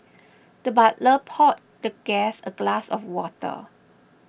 the butler poured the guest a glass of water